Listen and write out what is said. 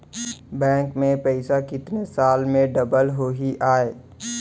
Bank में पइसा कितने साल में डबल होही आय?